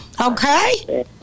Okay